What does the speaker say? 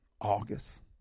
August